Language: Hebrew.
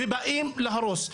ובאים להרוס.